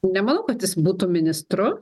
nemanau kad jis būtų ministru